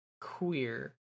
queer